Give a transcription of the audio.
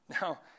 Now